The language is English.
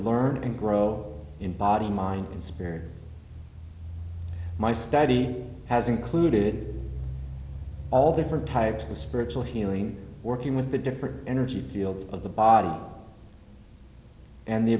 learn and grow in body mind and spirit my study has included all different types of spiritual healing working with the different energy fields of the body and the